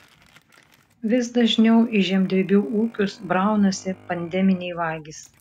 vis dažniau į žemdirbių ūkius braunasi pandeminiai vagys